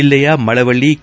ಜೆಲ್ಲೆಯ ಮಳವಳ್ಳಿ ಕೆ